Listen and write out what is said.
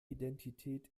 identität